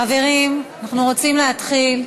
חברים, אנחנו רוצים להתחיל.